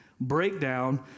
breakdown